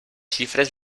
xifres